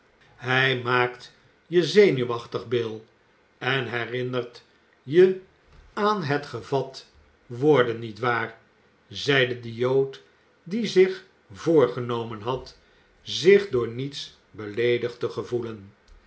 hij maakt je zenuwachtig bill en herinnert je aan het gevat worden nietwaar zeide de jood die zich voorgenomen had zich door niets beleedigd te gevoelen